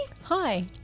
Hi